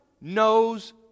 knows